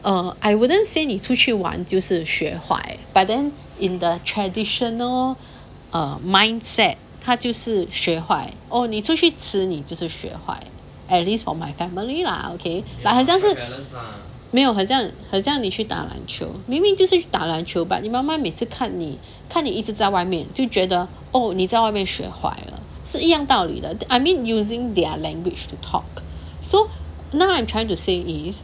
err I wouldn't say 你出去玩就是学坏 but then in the traditional err mindset 他就是学坏哦你出去你就是学坏 at least for my family lah okay lah 很像是没有很像很像你去打篮球明明就是去打篮球 but 你妈妈每次看你你看你一直在外面就觉得哦你在外面学坏了是一样道理 lah I mean using their language to talk so now I'm trying to say is